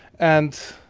and